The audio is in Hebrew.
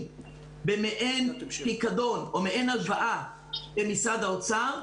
במעין פיקדון או מעין הלוואה במשרד האוצר,